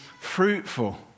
fruitful